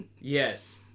Yes